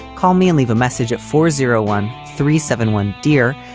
call me and leave a message at four zero one three seven one. dear,